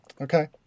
Okay